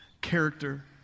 character